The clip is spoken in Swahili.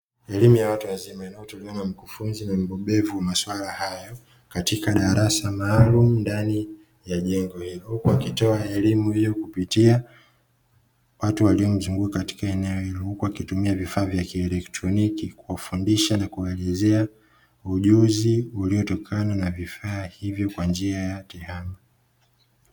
Elimu ya watu wazima inayotumika kwa wakufunzi ba wabobezi wa masuala hayo katika darasa maalumu ndani ya jengo hilo, wakitoa elimu hiyo kupitia watu waliomzuunguka katika eneo hilo wakitumia vifaa vya kielekloniki kufundisha na kuelezea ujuzi uliotokana na vifaa hivyo kwa njia ya tehama.